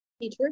teacher